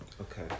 Okay